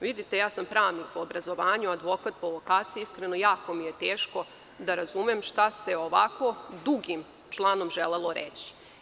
Vidite, ja sam pravnik po obrazovanju, advokat po vokaciji, iskreno, jako mi je teško da razumem šta se ovako dugim članom želelo reći.